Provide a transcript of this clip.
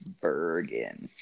Bergen